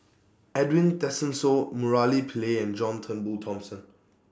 Edwin Tessensohn Murali Pillai and John Turnbull Thomson